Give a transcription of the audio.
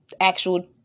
actual